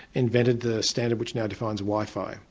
invented the standard which now defines wifi.